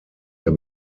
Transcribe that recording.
der